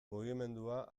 mugimendua